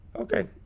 Okay